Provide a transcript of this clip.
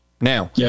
Now